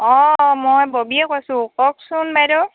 অঁ মই ববীয়ে কৈছোঁ কওকচোন বাইদেউ